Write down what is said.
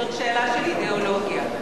זו שאלה של אידיאולוגיה.